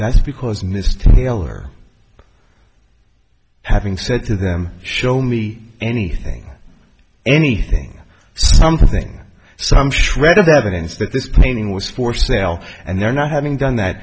that's because mr taylor having said to them show me anything anything something some shred of evidence that this painting was for sale and they're not having done that